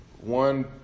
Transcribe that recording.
one